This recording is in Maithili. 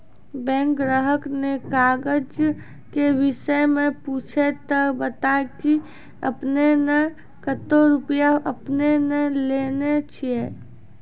बैंक ग्राहक ने काज के विषय मे पुछे ते बता की आपने ने कतो रुपिया आपने ने लेने छिए?